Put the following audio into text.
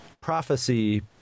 prophecy